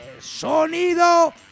Sonido